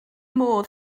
modd